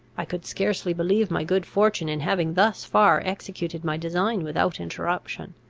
i could scarcely believe my good fortune in having thus far executed my design without interruption.